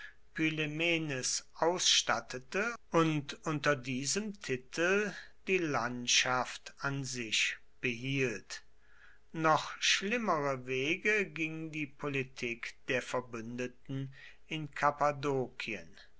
ausstattete und unter diesem titel die landschaft an sich behielt noch schlimmere wege ging die politik der verbündeten in